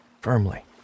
firmly